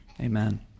Amen